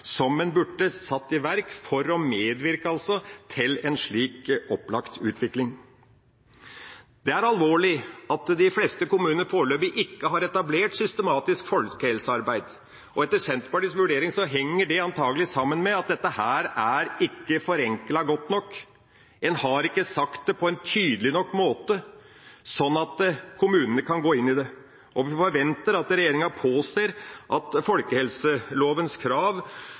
en burde satt i verk for å medvirke til en slik opplagt utvikling. Det er alvorlig at de fleste kommunene foreløpig ikke har etablert systematisk folkehelsearbeid. Etter Senterpartiets vurdering henger det antakelig sammen med at dette ikke er forenklet godt nok, en har ikke sagt det på en tydelig nok måte slik at kommunene kan gå inn i det. Vi forventer at regjeringa påser at folkehelselovens krav